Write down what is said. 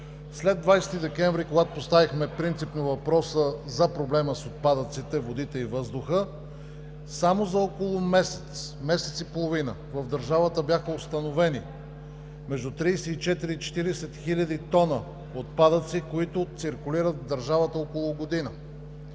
След 20 декември, когато поставихме принципно въпроса за проблема с отпадъците, водите и въздуха, само за около месец-месец и половина в държавата бяха установени между 34 и 40 хиляди тона отпадъци, които циркулират в държавата около година.